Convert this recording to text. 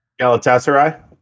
Galatasaray